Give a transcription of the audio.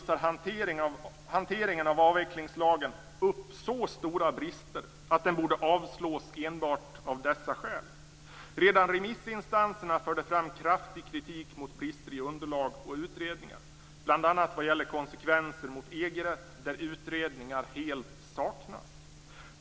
Sammantaget visar hanteringen av avvecklingslagen upp så stora brister att förslaget enbart av dessa skäl borde avslås. Redan remissinstanserna förde fram kraftig kritik mot brister i underlag och utredningar - bl.a. vad gäller konsekvenser gentemot EG-rätten, där utredningar helt saknas.